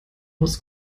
aus